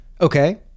okay